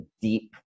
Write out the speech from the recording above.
deep